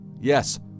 Yes